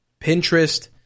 Pinterest